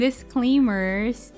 disclaimers